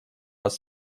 вас